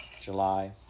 July